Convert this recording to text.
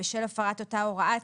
בשל הפרת אותה הוראה,